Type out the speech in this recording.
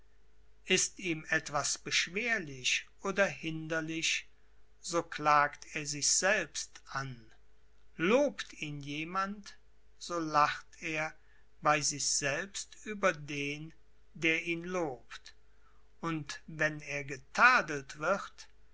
ist ihm etwas beschwerlich oder hinderlich so klagt er sich selbst an lobt ihn jemand so lacht er bei sich selbst über den der ihn lobt und wenn er getadelt wird